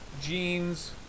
jeans